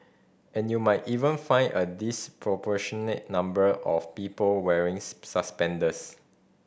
and you might even find a disproportionate number of people wearings suspenders